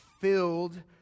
filled